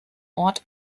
ort